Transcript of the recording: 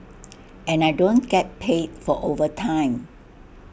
and I don't get paid for overtime